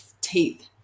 teeth